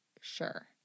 sure